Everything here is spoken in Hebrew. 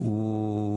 הוא,